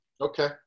Okay